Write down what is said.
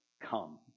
Come